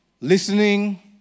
listening